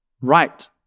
right